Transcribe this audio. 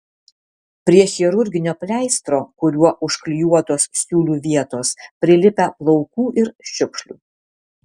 prie chirurginio pleistro kuriuo užklijuotos siūlių vietos prilipę plaukų ir šiukšlių